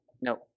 No